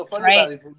right